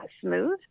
smooth